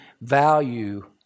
value